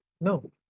no